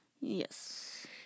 Yes